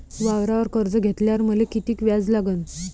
वावरावर कर्ज घेतल्यावर मले कितीक व्याज लागन?